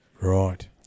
Right